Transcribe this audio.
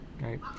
Right